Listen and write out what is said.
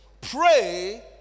pray